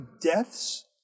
deaths